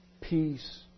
peace